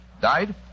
Died